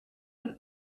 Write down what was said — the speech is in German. und